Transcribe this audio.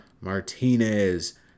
Martinez